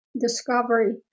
discovery